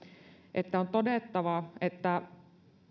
että on todettava että